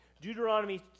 Deuteronomy